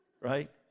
Right